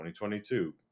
2022